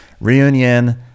Reunion